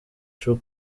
true